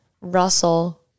Russell